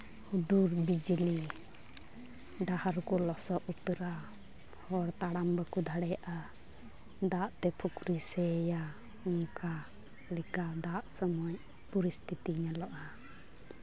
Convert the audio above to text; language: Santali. ᱦᱩᱰᱩᱨ ᱵᱤᱡᱽᱞᱤ ᱰᱟᱦᱟᱨ ᱠᱚ ᱞᱚᱥᱚᱫ ᱩᱛᱟᱹᱨᱚᱜᱼᱟ ᱦᱚᱲ ᱛᱟᱲᱟᱢ ᱵᱟᱠᱚ ᱫᱟᱲᱮᱭᱟᱜᱼᱟ ᱫᱟᱜ ᱛᱮ ᱯᱩᱠᱷᱨᱤ ᱥᱮᱭᱟ ᱚᱱᱠᱟ ᱞᱮᱠᱟ ᱫᱟᱜ ᱥᱚᱢᱚᱭ ᱯᱚᱨᱤᱥᱛᱷᱤᱛᱤ ᱧᱮᱞᱚᱜᱼᱟ